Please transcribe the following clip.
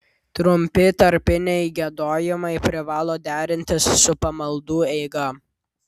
trumpi tarpiniai giedojimai privalo derintis su pamaldų eiga